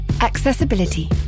Accessibility